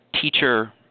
teacher